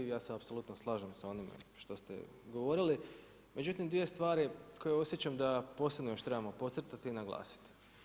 Ja se apsolutno slažem sa onime što ste govorili, međutim dvije stvari koje osjećam da posebno još trebamo podcrtati i naglasiti.